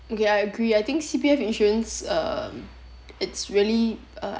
okay I agree I think C_P_F insurance um it's really uh